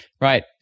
Right